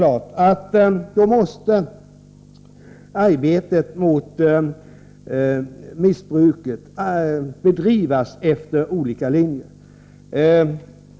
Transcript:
Arbetet mot missbruket bedrivs efter olika linjer.